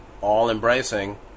all-embracing